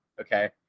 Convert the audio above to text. okay